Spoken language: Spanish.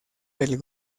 del